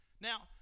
Now